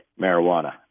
marijuana